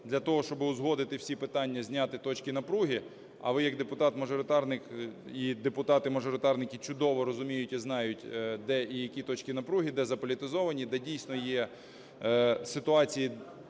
для того щоби узгодити всі питання, зняти точки напруги. А ви як депутат-мажоритарник і депутати-мажоритарники чудово розуміють і знають, де і які точки напруги, де заполітизовані, де, дійсно, є ситуації,